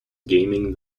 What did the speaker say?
gaming